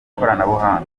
ikoranabuhanga